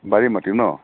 বাৰী মাটি ন